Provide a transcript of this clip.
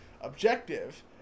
objective